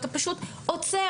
אתה פשוט עוצר,